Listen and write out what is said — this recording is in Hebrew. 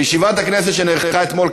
בישיבת הכנסת שנערכה אתמול,